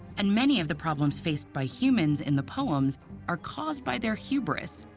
and many of the problems faced by humans in the poems are caused by their hubris,